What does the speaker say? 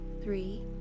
Three